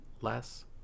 less